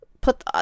put